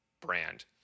brand